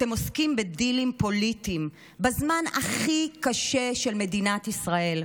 אתם עוסקים בדילים פוליטיים בזמן הכי קשה של מדינת ישראל.